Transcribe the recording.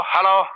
Hello